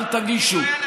אל תגישו.